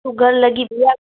sugar लॻी पई आहे